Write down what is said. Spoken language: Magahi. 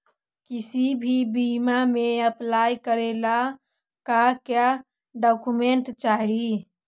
किसी भी बीमा में अप्लाई करे ला का क्या डॉक्यूमेंट चाही?